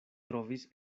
trovis